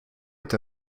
est